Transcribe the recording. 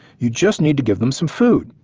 you just need to give them some food,